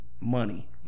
money